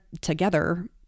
together